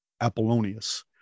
Apollonius